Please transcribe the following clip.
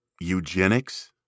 eugenics